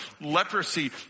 leprosy